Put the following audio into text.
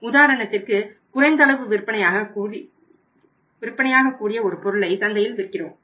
உதாரணத்திற்கு குறைந்த அளவு விற்பனையாக கூடிய ஒரு பொருளை சந்தையில் விற்கிறோம்